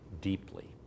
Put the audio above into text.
deeply